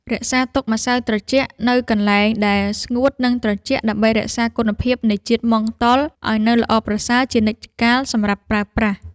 រក្សាទុកម្សៅត្រជាក់នៅកន្លែងដែលស្ងួតនិងត្រជាក់ដើម្បីរក្សាគុណភាពនៃជាតិម៉ង់តុលឱ្យនៅល្អប្រសើរជានិច្ចកាលសម្រាប់ប្រើប្រាស់។